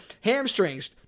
hamstrings